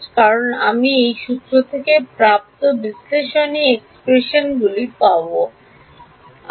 কারণ আমি এই সূত্র থেকে প্রাপ্ত বিশ্লেষণী এক্সপ্রেশনগুলি জানি